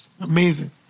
Amazing